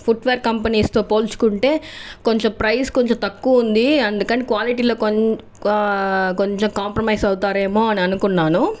footwear కంపెనీస్తో పోల్చుకుంటే కొంచం ప్రైస్ కొంచం తక్కువ ఉంది అందుకని క్వాలిటీలో కొం కొంచం కాంప్రమైస్ అవుతారేమో అని అనుకున్నాను